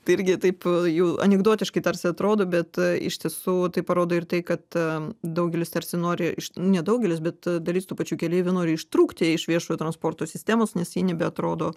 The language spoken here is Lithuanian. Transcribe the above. tai irgi taip ju anekdotiškai tarsi atrodo bet iš tiesų tai parodo ir tai kad daugelis tarsi nori iš ne daugelis bet dalis tų pačių keleivių nori ištrūkti iš viešojo transporto sistemos nes ji nebeatrodo